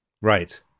Right